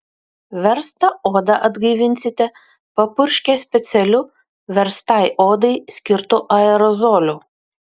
verstą odą atgaivinsite papurškę specialiu verstai odai skirtu aerozoliu